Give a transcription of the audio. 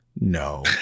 no